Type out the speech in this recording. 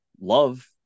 love